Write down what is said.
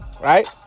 Right